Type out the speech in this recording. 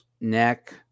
neck